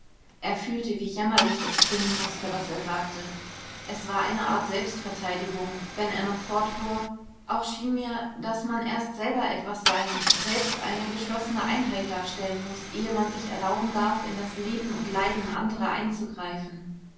er fühlte wie jämmerlich es klingen mußte was er sagte es war eine art selbstverteidigung wenn er noch fortfuhr auch schien mir daß man erst selber etwas sein selbst eine geschlossene einheit darstellen muß ehe man sich erlauben darf in das leben und leiden anderer einzugreifen